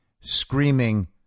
screaming